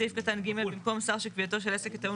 בסעיף קטן ג' במקום שר שקביעתו של עסק כטעון